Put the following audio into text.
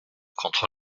contre